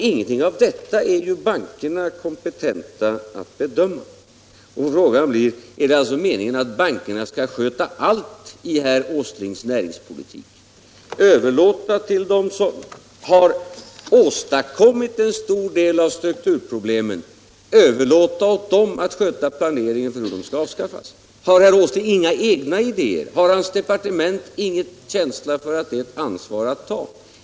Ingenting av detta är bankerna kompetenta att bedöma. Frågan blir: Är det alltså meningen att bankerna skall sköta allt i herr Åslings näringspolitik? Skall man överlåta åt dem som har åstadkommit en stor del av strukturproblemen att sköta planeringen för hur dessa problem skall lösas? Har herr Åsling inga egna idéer? Har hans departement ingen känsla för att det är ett ansvar att ta?